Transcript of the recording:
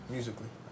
Musically